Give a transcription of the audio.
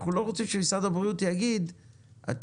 אנחנו לא רוצים שמשרד הבריאות יגיד 'אתם